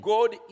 God